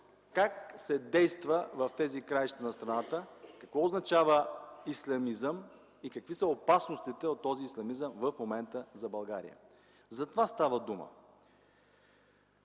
как се действа в тези краища на страната, какво означава ислямизъм и какви са опасностите от този ислямизъм в момента за България. За това става дума.